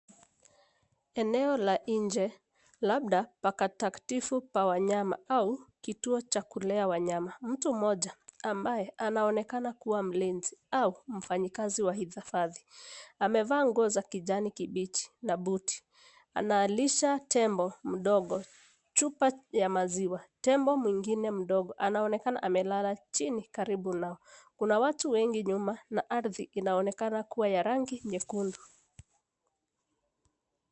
Eneo la nje, labda patakatifu pa wanyama au kituo cha kulea wanyama. Mtu mmoja ambaye anaonekana kuwa mlinzi au mfanyikazi wa hii hifadhi, amevaa nguo za kijani kibichi na buti. Analisha tembo mdogo chupa ya maziwa. Tembo mwingine mdogo anaonekana amelala chini, karibu nao. Kuna watu wengi nyuma na ardhi inaonekana kuwa ya rangi nyekundu.